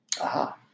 Aha